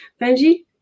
Benji